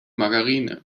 margarine